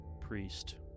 priest